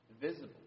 visible